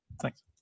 Thanks